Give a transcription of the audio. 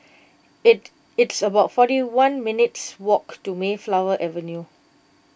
it it's about forty one minutes' walk to Mayflower Avenue